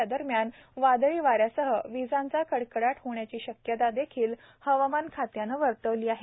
या दरम्यान वादळी वाऱ्यासाह वीजांचा कडकडाट होण्याची शक्यता देखील हवामान खात्याने वर्तवली आहे